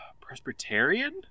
Presbyterian